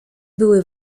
były